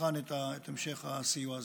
נבחן את המשך הסיוע הזה,